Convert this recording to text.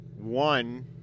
One